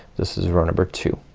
this is row number two.